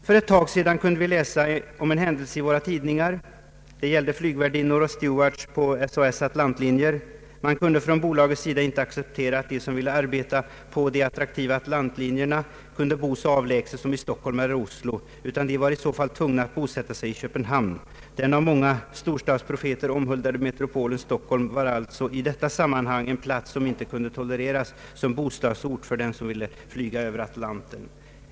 För en tid sedan kunde vi läsa i tidningarna att SAS inte ville acceptera att de flygvärdinnor och stewarts som skulle arbeta på de attraktiva Atlantlinjerna, bodde så avlägset som i Oslo och Stockholm, utan att de i så fall var tvungna att bosätta sig i Köpenhamn. Den av många storstadsprofeter omhuldade metropolen Stockholm var alltså i detta sammanhang en plats som inte kunde tolereras som bostadsort för dem som ville flyga över Atlanten.